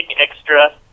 extra